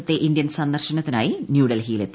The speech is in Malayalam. സത്തെ ഇന്ത്യൻ സന്ദർശനത്തിനായി ന്യൂഡൽഹിയി ലെത്തി